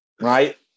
Right